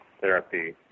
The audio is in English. therapy